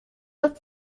left